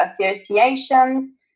associations